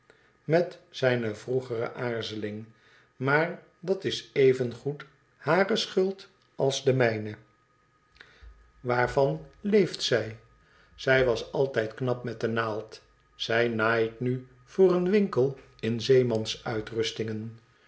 met zijne vroegere aarzeling maar dat is evengoed hare schuld als de mijne waarvan leeft zij zij was altijd knap met de naald zij naait nu voor een winkel in zeemans uitnistingen